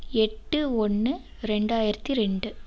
எட்டு ஒன்று ரெண்டாயிரத்தி ரெண்டு